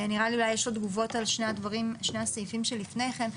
אולי יש לו תגובות על שני הסעיפים שלפני כן.